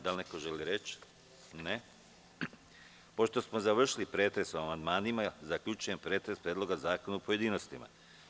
Da li neko želi reč? (Ne) Pošto smo završili pretres o amandmanima, zaključujem pretres Predloga zakona u pojedinostima.